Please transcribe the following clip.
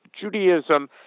Judaism